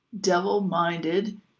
devil-minded